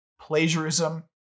plagiarism